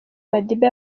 madiba